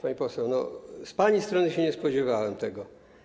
Pani poseł, z pani strony się nie spodziewałem tego.